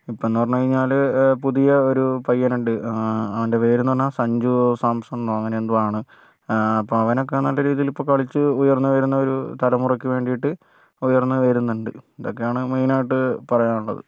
ഇപ്പോഴെന്ന് പറഞ്ഞ് കഴിഞ്ഞാല് പുതിയ ഒരു പയ്യനുണ്ട് അവൻ്റെ പേരന്ന് പറഞ്ഞാൽ സഞ്ജു സാംസൺന്നോ അങ്ങനെ എന്തോ ആണ് അപ്പോൾ അവനൊക്കെ നല്ല രീതിയില് ഇപ്പോൾ കളിച്ച് ഉയർന്ന് വരുന്ന ഒരു തലമുറയ്ക്ക് വേണ്ടിയിട്ട് ഉയർന്ന് വരുന്നുണ്ട് ഇതൊക്കെയാണ് മെയിനായിട്ട് പറയാനുള്ളത്